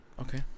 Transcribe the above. okay